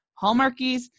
hallmarkies